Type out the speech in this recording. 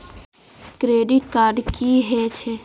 Credit card की हे छे?